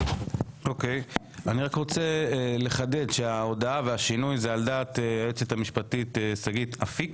אני רוצה לחדד שההודעה והשינוי הם על דעת היועצת המשפטית שגית אפיק